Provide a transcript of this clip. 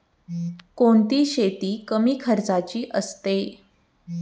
कोणती शेती कमी खर्चाची असते?